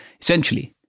Essentially